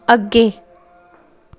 ਅੱਗੇ